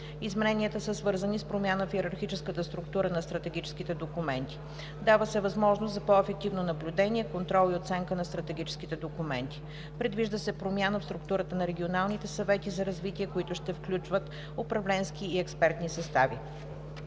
Измененията са свързани с промяна в йерархическата структура на стратегическите документи. Дава се възможност за по-ефективно наблюдение, контрол и оценка на стратегическите документи. Предвижда се промяна в структурата на регионалните съвети за развитие, които ще включват управленски и експертни състави.